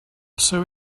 seu